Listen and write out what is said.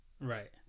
Right